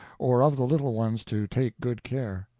or of the little ones to take good care.